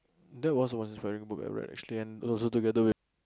that was the most inspiring book I read actually and also together with